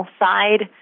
side